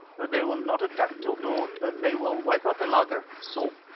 but they will not attack till dawn, then they will wipe out the laager so!